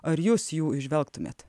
ar jūs jų įžvelgtumėt